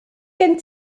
gen